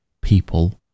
people